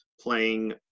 playing